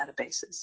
databases